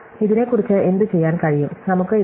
ഇതിനെക്കുറിച്ച് എന്തുചെയ്യാൻ കഴിയും നമുക്ക് ഇത് 10